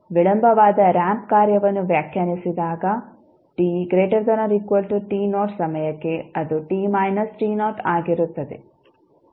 ವಿಳಂಬವಾದ ramp ಕಾರ್ಯವನ್ನು ವ್ಯಾಖ್ಯಾನಿಸಿದಾಗ ಸಮಯಕ್ಕೆ ಅದು ಆಗಿರುತ್ತದೆ